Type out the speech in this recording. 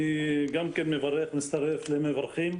אני גם כן מברך, מצטרף למברכים.